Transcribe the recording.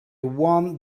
one